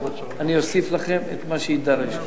אני אוסיף לכם את מה שיידרש,